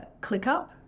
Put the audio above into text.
ClickUp